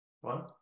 One